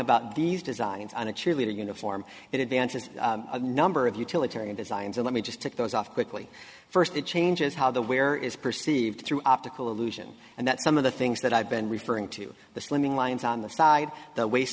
about these designs on a cheerleader uniform it advances number of utilitarian designs so let me just take those off quickly first it changes how the wear is perceived through optical illusion and that some of the things that i've been referring to the slimming lines on the side the waist